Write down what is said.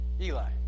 Eli